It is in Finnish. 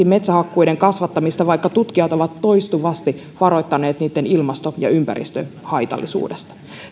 metsähakkuiden kasvattamista vaikka tutkijat ovat toistuvasti varoittaneet niitten ilmasto ja ympäristöhaitallisuudesta